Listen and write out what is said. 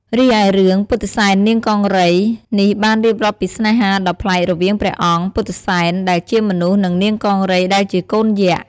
រីឯរឿង ពុទ្ធិសែននាងកង្រី នេះបានរៀបរាប់ពីស្នេហាដ៏ប្លែករវាងព្រះអង្គ ពុទ្ធិសែន ដែលជាមនុស្ស និង នាង កង្រី ដែលជាកូនយក្ស។